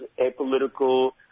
apolitical